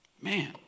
Man